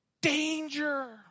danger